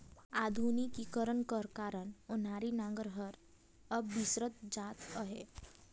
आधुनिकीकरन कर कारन ओनारी नांगर हर अब बिसरत जात अहे